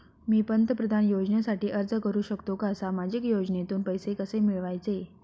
मी पंतप्रधान योजनेसाठी अर्ज करु शकतो का? सामाजिक योजनेतून पैसे कसे मिळवायचे